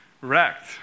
wrecked